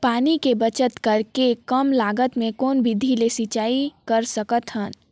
पानी के बचत करेके कम लागत मे कौन विधि ले सिंचाई कर सकत हन?